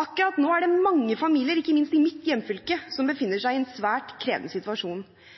Akkurat nå er det mange familier, ikke minst i mitt hjemfylke, som befinner seg i en svært krevende situasjon.